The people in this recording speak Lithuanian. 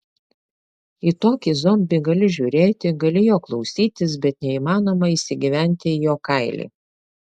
į tokį zombį gali žiūrėti gali jo klausytis bet neįmanoma įsigyventi į jo kailį